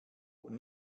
und